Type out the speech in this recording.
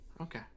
Okay